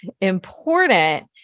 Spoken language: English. important